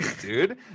dude